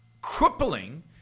crippling